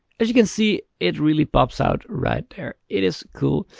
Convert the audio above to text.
as you can see, it really pops out right there, it is cool.